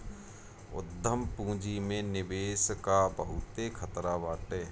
उद्यम पूंजी में निवेश कअ बहुते खतरा बाटे